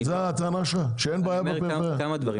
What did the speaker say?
זו הטענה שלכם, שאין בעיה הפריפריה.